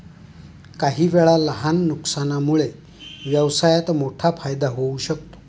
काहीवेळा लहान नुकसानामुळे व्यवसायात मोठा फायदा होऊ शकतो